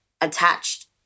attached